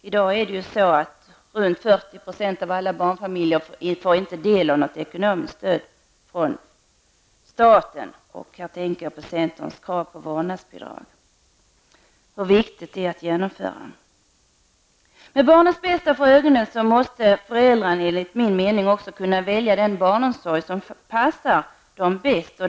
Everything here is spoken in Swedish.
I dag får runt 40 % av alla barnfamiljer inte del av något ekonomiskt stöd från staten -- jag tänker då på hur viktigt det är att genomföra centerns krav på vårdnadsbidrag. Med barnens bästa för ögonen måste föräldrarna enligt min mening också kunna välja den barnomsorg som passar dem bäst.